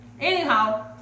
Anyhow